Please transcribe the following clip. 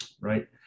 right